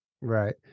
Right